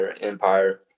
empire